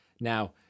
Now